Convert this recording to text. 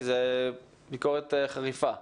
זאת ביקורת חריפה.